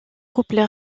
couple